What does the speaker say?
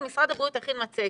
משרד הבריאות הכין מצגת.